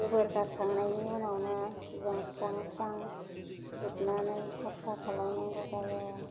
गोबोर हारखांनायनि उनावनो जों स्रां स्रां सिबनानै साफा खालामनांगौ जायो